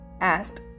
asked